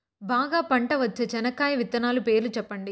బాగా పంట వచ్చే చెనక్కాయ విత్తనాలు పేర్లు సెప్పండి?